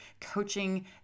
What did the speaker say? coaching